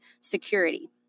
security